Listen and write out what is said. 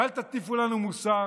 ואל תטיפו לנו מוסר.